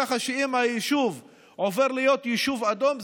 ככה שאם היישוב עובר להיות יישוב אדום,